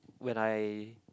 when I